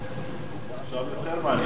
עכשיו יותר מעניין.